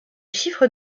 chiffres